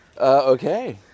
okay